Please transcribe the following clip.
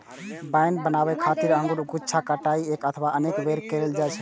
wine बनाबै खातिर अंगूरक गुच्छाक कटाइ एक अथवा अनेक बेर मे कैल जाइ छै